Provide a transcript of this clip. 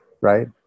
right